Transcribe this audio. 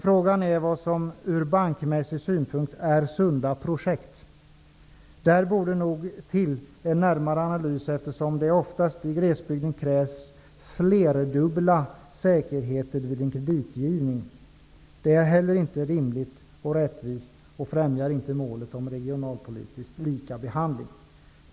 Frågan är vad som ur bankmässig synpunkt är sunda projekt. Det borde nog till en närmare analys, eftersom det i glesbygden ofta krävs flerdubbla säkerheter vid en kreditgivning. Detta är inte heller rimligt och rättvist, och det främjar inte målet om regionalpolitiskt lika behandling.